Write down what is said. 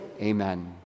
Amen